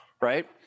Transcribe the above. right